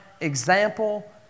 example